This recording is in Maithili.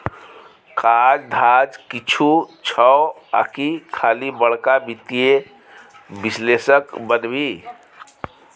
काज धाज किछु छौ आकि खाली बड़का वित्तीय विश्लेषक बनभी